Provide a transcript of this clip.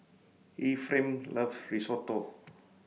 Ephraim loves Risotto